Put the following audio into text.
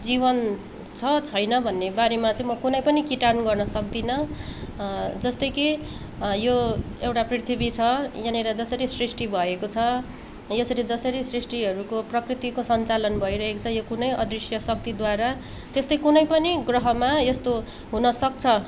जीवन छ छैन भन्ने बारेमा चाहिँ म कुनै पनि किटान गर्न सक्दिनँ जस्तै कि यो एउटा पृथ्वी छ यहाँनिर जसरी सृष्टि भएको छ यसरी जसरी सृष्टिहरूको प्रकृतिको सन्चालन भइरहेको छ यो कुनै अदृश्य शक्तिद्वारा त्यस्तै कुनै पनि ग्रहमा यस्तो हुनसक्छ